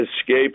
escape